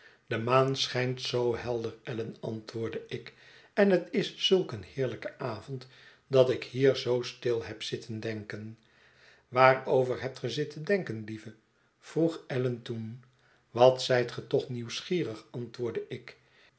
de maan schijnt zoo helder allan antwoordde ik en het is zulk een heerlijke avond dat ik hier zoo stil heb zitten denken waarover hebt ge zitten denken lieve vroeg allan toen wat zijt ge toch nieuwsgierig antwoordde ik